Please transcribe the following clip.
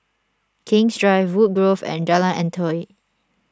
King's Drive Woodgrove and Jalan Antoi